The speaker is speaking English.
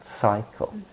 cycle